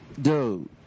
Dude